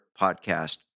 podcast